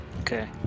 Okay